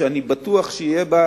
שאני בטוח שיהיו בה